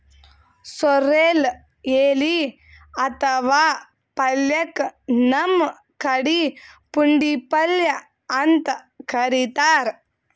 sorrel ಎಲಿ ಅಥವಾ ಪಲ್ಯಕ್ಕ್ ನಮ್ ಕಡಿ ಪುಂಡಿಪಲ್ಯ ಅಂತ್ ಕರಿತಾರ್